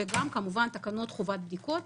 וגם תקנות חובת בדיקות